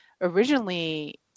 Originally